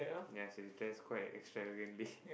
ya she's dressed quite extravagantly